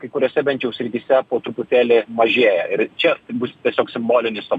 kai kuriose bent jau srityse po truputėlį mažėja ir čia bus tiesiog simbolinis to